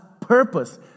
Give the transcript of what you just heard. purpose